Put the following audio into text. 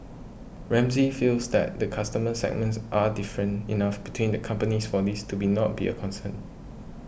Ramsay feels that the customer segments are different enough between the companies for this to not be a concern